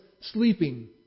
sleeping